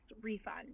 refund